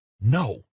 No